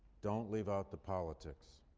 don't leave out the politics.